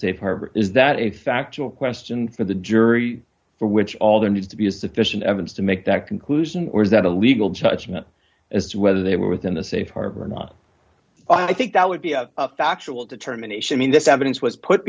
harbor is that a factual question for the jury for which all there needs to be a sufficient evidence to make that conclusion or is that a legal judgment as to whether they were within the safe harbor or not i think that would be a factual determination in this evidence was put